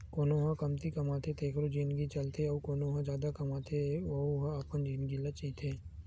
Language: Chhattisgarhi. कोनो ह कमती कमाथे तेखरो जिनगी चलथे अउ कोना ह जादा कमावत हे वहूँ ह अपन जिनगी ल जीथे